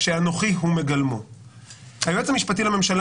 שאנוכי הוא מגלמו.// היועץ המשפטי לממשלה